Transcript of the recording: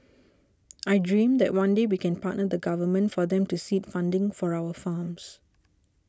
I dream that one day we can partner the Government for them to seed funding for our farms